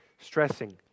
Stressing